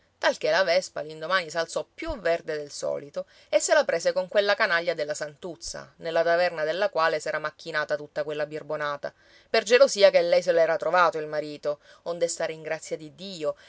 talché la vespa l'indomani s'alzò più verde del solito e se la prese con quella canaglia della santuzza nella taverna della quale s'era macchinata tutta quella birbonata per gelosia che lei se l'era trovato il marito onde stare in grazia di dio